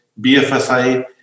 BFSI